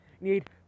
need